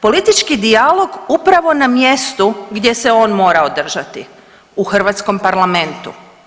Politički dijalog upravo na mjestu gdje se on mora održati u hrvatskom parlamentu.